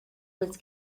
was